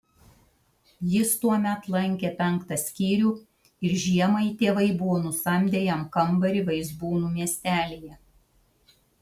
jis tuomet lankė penktą skyrių ir žiemai tėvai buvo nusamdę jam kambarį vaizbūnų miestelyje